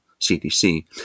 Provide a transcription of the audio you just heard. CDC